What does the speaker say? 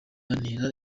antera